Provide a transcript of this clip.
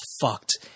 fucked